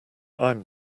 i’m